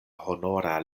honora